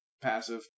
passive